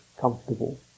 comfortable